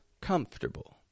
Comfortable